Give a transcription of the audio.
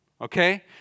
Okay